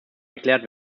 geklärt